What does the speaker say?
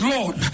Lord